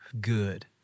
good